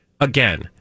again